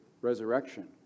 resurrection